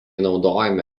naudojami